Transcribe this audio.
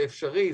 זה אפשרי,